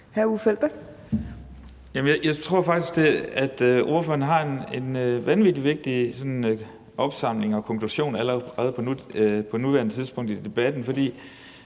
Elbæk (FG): Jeg tror faktisk, at ordføreren har en vanvittig vigtig sådan opsamling og konklusion allerede på nuværende tidspunkt i debatten.